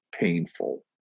painful